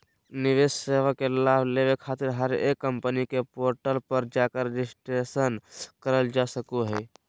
निवेश सेवा के लाभ लेबे खातिर हरेक कम्पनी के पोर्टल पर जाकर रजिस्ट्रेशन करल जा सको हय